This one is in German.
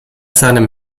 seinem